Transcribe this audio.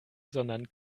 sondern